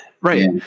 Right